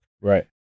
Right